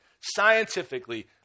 Scientifically